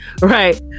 right